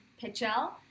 Pichel